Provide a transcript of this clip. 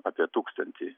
apie tūkstantį